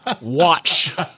Watch